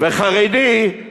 וחרדי,